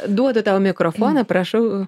duodu tau mikrofoną prašau